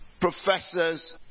professors